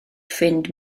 ffrind